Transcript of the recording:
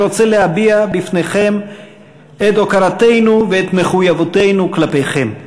אני רוצה להביע בפניכם את הוקרתנו ואת מחויבותנו כלפיכם.